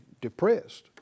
depressed